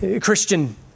Christian